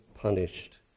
punished